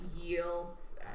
yields